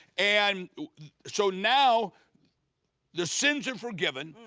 and so now the sins are forgiven.